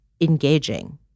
engaging